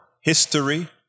history